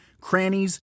crannies